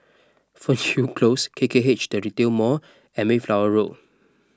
Fernhill Close K K H the Retail Mall and Mayflower Road